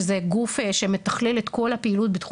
שזה גוף שמתכלל את כל הפעילות בתחום